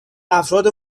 افراد